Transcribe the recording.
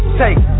take